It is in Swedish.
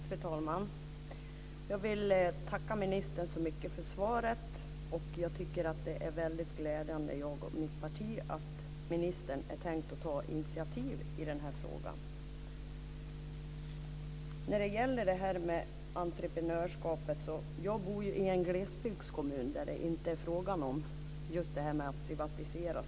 Fru talman! Jag vill tacka ministern så mycket för svaret. Jag och mitt parti tycker att det är väldigt glädjande att ministern tänker ta initiativ i den här frågan. Låt mig först ta upp entreprenörskapet. Jag bor i en glesbygdskommun där det inte så mycket är fråga om att privatisera.